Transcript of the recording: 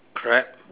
crab